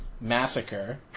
massacre